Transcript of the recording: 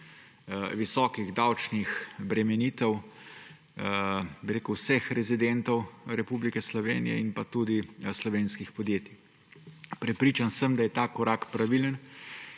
visokih davčnih bremenitev vseh rezidentov Republike Slovenije in pa tudi slovenskih podjetij. Prepričan sem, da je tak korak pravilen,